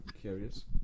curious